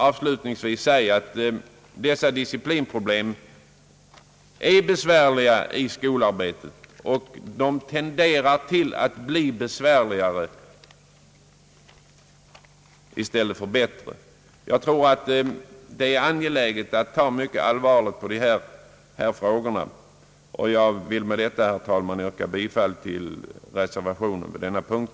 Avslutningsvis måste jag nog säga, att disciplinproblemen i skolarbetet är besvärliga och de tenderar till att bli besvärligare i stället för bättre. Jag tror att det är mycket angeläget att ta allvarligt på dessa frågor och jag vill med detta, herr talman, yrka bifall till reservationen på denna punkt.